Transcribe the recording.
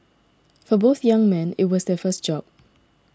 for both young men it was their first job